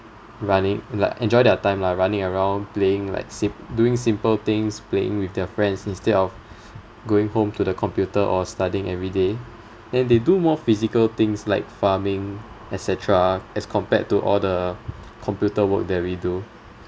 running like enjoy their time lah running around playing like sim~ doing simple things playing with their friends instead of going home to the computer or studying every day and they do more physical things like farming et cetera as compared to all the computer work that we do